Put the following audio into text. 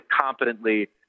competently